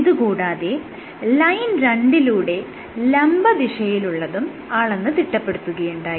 ഇത് കൂടാതെ ലൈൻ രണ്ടിലൂടെ ലംബദിശയിലുള്ളതും അളന്ന് തിട്ടപ്പെടുത്തുകയുണ്ടായി